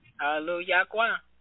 Hallelujah